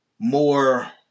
More